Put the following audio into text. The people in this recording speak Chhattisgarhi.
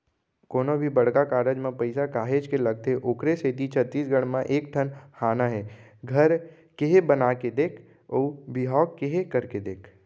कोनो भी बड़का कारज म पइसा काहेच के लगथे ओखरे सेती छत्तीसगढ़ी म एक ठन हाना हे घर केहे बना के देख अउ बिहाव केहे करके देख